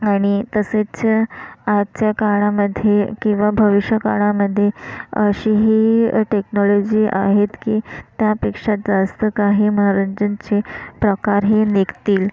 आणि तसेच आजच्या काळामध्ये किंवा भविष्य काळामध्ये अशी ही टेक्नॉलॉजी आहेत की त्यापेक्षा जास्त काही मनोरंजनचे प्रकार हे निघतील